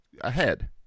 ahead